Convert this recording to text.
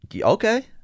Okay